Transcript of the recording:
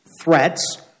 threats